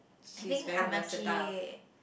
I think Amachi